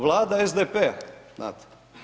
Vlada SDP-a, znate.